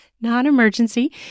non-emergency